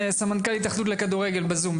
סמנכ"ל ההתאחדות לכדורגל בזום.